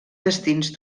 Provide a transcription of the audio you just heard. destins